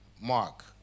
Mark